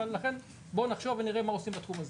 לכן בואו נחשוב ונראה מה עושים בתחום הזה.